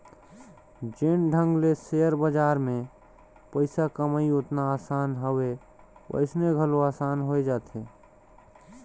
जेन ढंग ले सेयर बजार में पइसा कमई ओतना असान हवे वइसने घलो असान होए जाथे